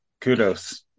kudos